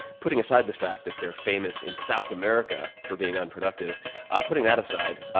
putting aside the fact that they're famous in south america for being unproductive ah putting that aside,